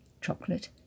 chocolate